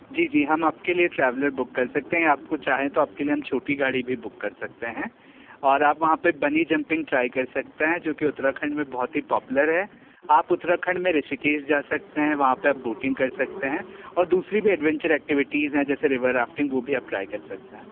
जी जी हम आपके लिए ट्रैवलर बुक कर सकते हैं आपको चाहें तो आपके लिए हम छोटी गाड़ी भी बुक कर सकते हैं और आप वहाँ पे बनी जंपिंग ट्राए कर सकते हैं जो कि उत्तराखंड में बहुत ही पॉपुलर है आप उत्तराखंड में ऋषिकेश जा सकते हैं वहाँ पर बोटिंग कर सकते हैं और दूसरी भी एडवेंचर एक्टिविटीज़ हैं जैसे रिवर रैफ़्टिंग वो भी आप ट्राए कर सकते हैं